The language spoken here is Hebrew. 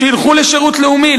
שילכו לשירות לאומי,